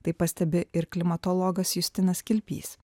tai pastebi ir klimatologas justinas kilpys